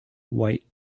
white